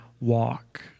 walk